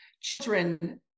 Children